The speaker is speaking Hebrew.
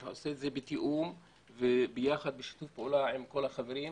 נעשה זאת בתיאום ובשיתוף פעולה עם כל החברים.